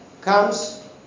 comes